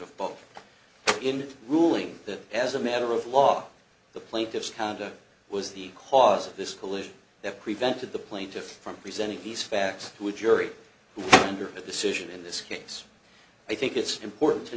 of both in the ruling that as a matter of law the plaintiff's conduct was the cause of this collision that prevented the plaintiff from presenting these facts with jury under a decision in this case i think it's important to